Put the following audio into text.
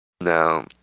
Now